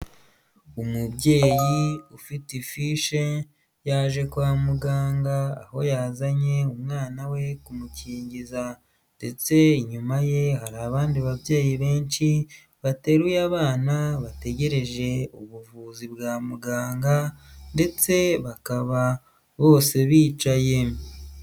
Umubyeyi ufite ifishi yaje kwa muganga aho yazanye umwana we kumukingiza, ndetse inyuma ye hari abandi babyeyi benshi bateruye abana bategereje ubuvuzi bwa muganga ndetse bakaba bose bicaye.